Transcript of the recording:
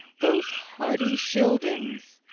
those hardy scyldings?